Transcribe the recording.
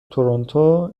تورنتو